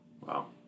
Wow